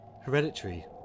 Hereditary